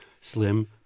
slim